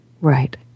Right